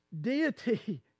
deity